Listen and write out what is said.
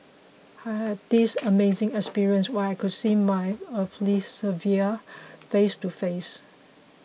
I had this amazing experience where I could see my earthly saviour face to face